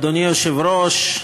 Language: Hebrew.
אדוני היושב-ראש,